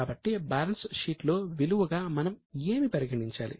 కాబట్టి బ్యాలెన్స్ షీట్లో విలువగా మనం ఏమి పరిగణించాలి